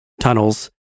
tunnels